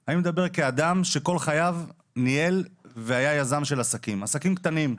אלא כאדם שכל חייו ניהל עסקים קטנים.